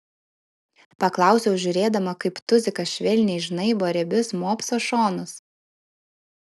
paklausiau žiūrėdama kaip tuzikas švelniai žnaibo riebius mopso šonus